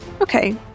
Okay